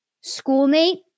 schoolmate